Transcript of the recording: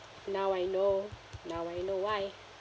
now I know now I know why